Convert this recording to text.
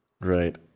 right